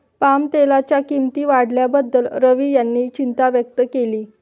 पामतेलाच्या किंमती वाढल्याबद्दल रवी यांनी चिंता व्यक्त केली